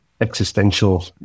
existential